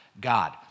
God